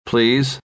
Please